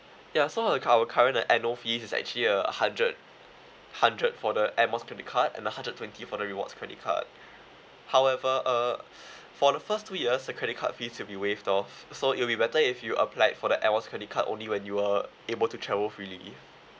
yeah so uh our current uh annual fees is actually a hundred hundred for the air miles credit card and a hundred twenty for the rewards credit card however uh for the first two years the credit card fees will be waived off so it'll be better if you applied for the air miles credit card only when you were able to travel freely